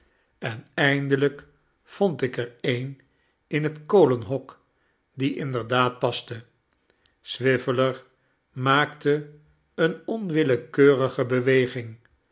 en eindelijk vond ik er een in het kolenhok die inderdaad paste swiveller maakte eene onwillekeurige beweging